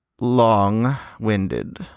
long-winded